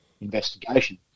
investigation